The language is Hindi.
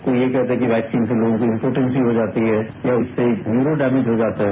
कोई ये कहता है कि वैक्सीन से लोगों की इम्पोटेंसी हो जाती है या उससे न्यूरो डैमेज हो जाता है